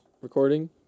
recording